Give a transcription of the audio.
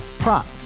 Prop